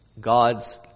God's